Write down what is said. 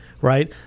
right